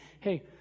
hey